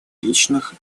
личных